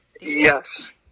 Yes